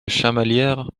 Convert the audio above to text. chamalières